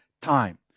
time